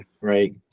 right